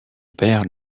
père